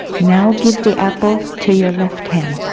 now, give the apple to your left hand.